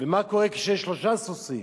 ומה קורה כשיש שלושה סוסים,